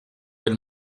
del